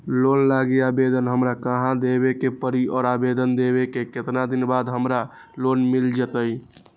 Loan लागी आवेदन हमरा कहां देवे के पड़ी और आवेदन देवे के केतना दिन बाद हमरा लोन मिल जतई?